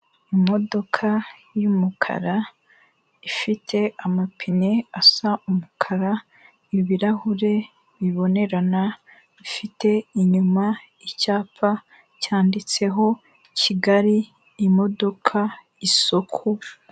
Imodoka y'umukara ifite amapine asa umukara, ibirahure bibonerana bifite inyuma icyapa cyanditseho Kigali, imodoka, isoko.